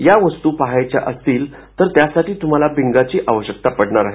या वस्तू पहायच्या असतील तर त्यासाठी तुम्हाला भिंगाची आवश्यकता पडणार आहे